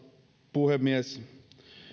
puhemies